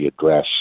address